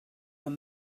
were